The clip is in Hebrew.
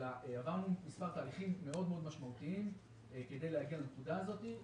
אלא עברנו מספר תהליכים מאוד משמעותיים כדי להגיע לנקודה הזאת.